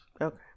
Okay